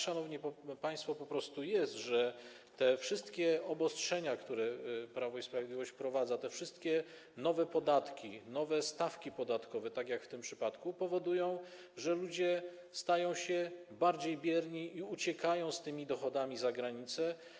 Szanowni państwo, tak po prostu jest, że te wszystkie obostrzenia, które Prawo i Sprawiedliwość wprowadza, te wszystkie nowe podatki, nowe stawki podatkowe, tak jak w tym przypadku, powodują, że ludzie stają się bardziej bierni i uciekają z dochodami za granicę.